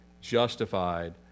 justified